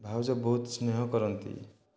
ଭାଉଜ ବହୁତ ସ୍ନେହ କରନ୍ତି